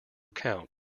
account